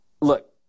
Look